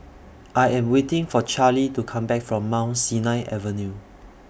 I Am waiting For Charley to Come Back from Mount Sinai Avenue